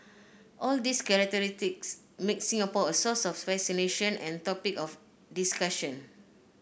all these characteristics make Singapore a source of fascination and topic of discussion